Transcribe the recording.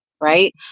right